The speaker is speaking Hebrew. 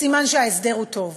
סימן שההסדר הוא טוב.